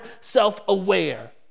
self-aware